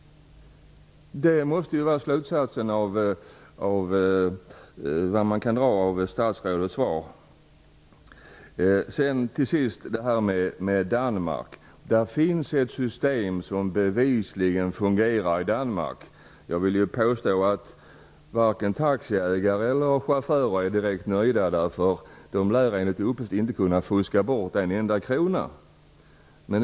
Det måste vara den slutsats man kan dra av statsrådets svar. Till sist vill jag åter nämna att man i Danmark har ett system som bevisligen fungerar. Jag vill påstå att varken taxiägare eller chaufförer är direkt nöjda, därför att de lär enligt uppgift inte kunna fuska bort en enda krona.